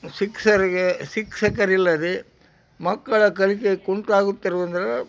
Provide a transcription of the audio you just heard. ಶಿಕ್ಷಕರಿಗೆ ಶಿಕ್ಷಕರಿಲ್ಲದೇ ಮಕ್ಕಳ ಕಲಿಕೆ ಕುಂಟಾಗುತ್ತಿರುವುದರಿಂದ